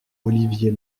olivier